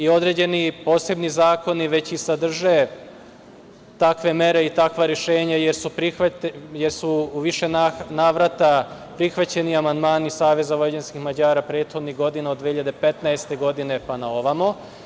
Određeni posebni zakoni već i sadrže takve mere i takva rešenja jer su u više navrata prihvaćeni amandmani SVM prethodnih godina od 2015. godine pa na ovamo.